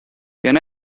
can